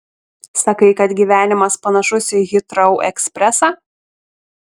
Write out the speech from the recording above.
sakai kad gyvenimas panašus į hitrou ekspresą